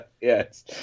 Yes